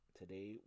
today